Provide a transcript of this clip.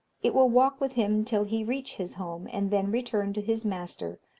it will walk with him till he reach his home, and then return to his master,